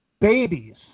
babies